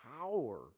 power